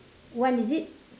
one is it